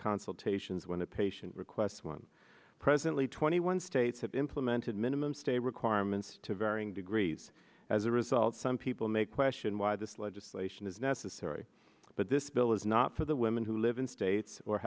consultations when a patient requests one presently twenty one states have implemented minimum stay requirements to varying degrees as a result some people may question why this legislation is necessary but this bill is not for the women who live in states or